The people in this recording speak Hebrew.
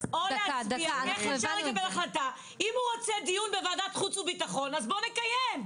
אם הוא רוצה דיון בוועדת חוץ וביטחון אז בואו נקיים.